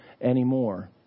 anymore